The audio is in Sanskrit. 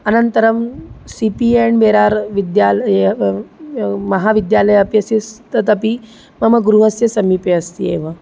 अनन्तरं सि पि एण्ड् बेरार्विद्यालयः महाविद्यालयः अपि अस्ति स् तदपि मम गृहस्य समीपे अस्ति एव